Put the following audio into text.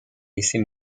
laisser